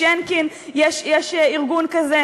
בשינקין יש ארגון כזה,